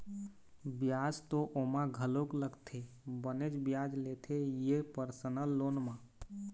बियाज तो ओमा घलोक लगथे बनेच बियाज लेथे ये परसनल लोन म